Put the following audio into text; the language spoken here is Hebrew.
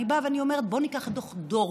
אני באה ואני אומרת: בוא ניקח את דוח דורנר,